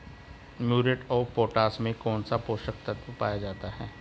Muriate of potash में कौन सा पोषक तत्व पाया जाता है?